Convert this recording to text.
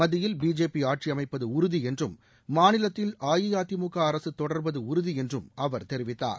மத்தியில் பிஜேபி ஆட்சி அமைப்பது உறுதி என்றும் மாநிலத்தில் அஇஅதிமுக அரசு தொடர்வது உறுதி என்றும் அவர் தெரிவித்தார்